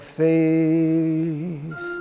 faith